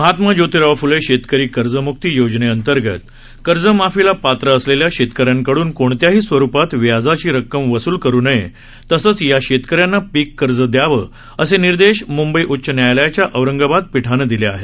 महात्मा ज्योतिराव फुले शेतकरी कर्जमुक्ती योजनेअंतर्गत कर्ज माफीला पात्र असलेल्या शेतकऱ्यांकडून कोणत्याही स्वरूपात व्याजाची रक्कम वसूल करू नये तसंच या शेतकऱ्यांना पिक कर्ज दयावं असे निर्देश मुंबई उच्च न्यायालयाच्या औरंगाबाद पीठानं दिले आहेत